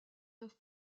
neuf